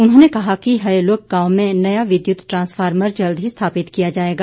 उन्होंने कहा कि हयोलग गांव में नया विद्युत ट्रांस्फार्मर जल्द ही स्थापित किया जाएगा